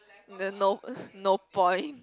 then no no point